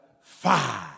Five